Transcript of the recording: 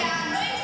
אמרתי: תלוי מי.